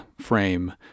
frame